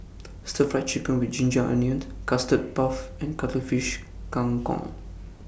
Stir Fried Chicken with Ginger Onions Custard Puff and Cuttlefish Kang Kong